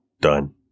done